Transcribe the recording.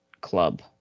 club